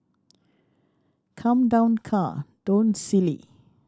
come down car don't silly